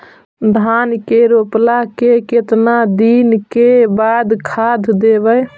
धान के रोपला के केतना दिन के बाद खाद देबै?